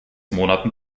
monaten